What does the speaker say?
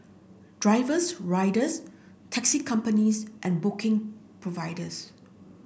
drivers riders taxi companies and booking providers